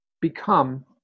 become